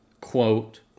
quote